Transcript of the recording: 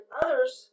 others